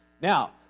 Now